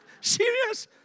Serious